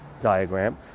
diagram